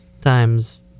times